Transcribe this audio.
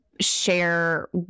share